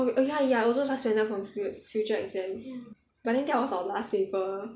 oh oh ya ya also suspended from fu~ future exams but then that was our last paper